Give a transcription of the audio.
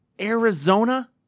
Arizona